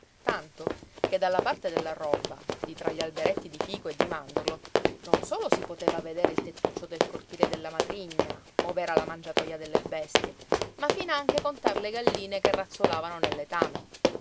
tanto che dalla parte della roba di tra gli alberetti di fico e di mandorlo non solo si poteva vedere il tettuccio del cortile della matrigna ov'era la mangiatoja delle bestie ma finanche contar le galline che razzolavano nel letame